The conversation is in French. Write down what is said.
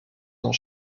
dans